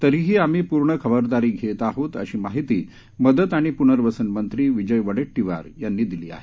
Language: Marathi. तरीही आम्ही पूर्ण खबरदारी घेत आहोत अशी माहिती मदत प्नर्वसन मंत्री विजय वडेट्टीवार यांनी दिली आहे